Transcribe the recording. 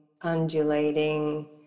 undulating